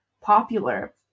popular